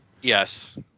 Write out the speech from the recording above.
Yes